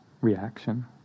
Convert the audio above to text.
reaction